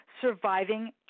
surviving